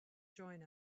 join